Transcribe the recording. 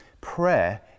Prayer